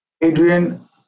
Adrian